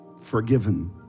Forgiven